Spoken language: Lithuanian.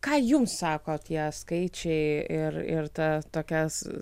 ką jums sako tie skaičiai ir ir ta tokias